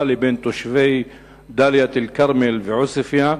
לבין תושבי דאלית-אל-כרמל ועוספיא.